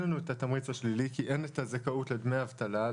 לנו את התמריץ השלילי כי אין את הזכאות לדמי אבטלה,